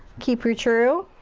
keep you true.